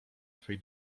twej